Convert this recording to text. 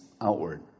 outward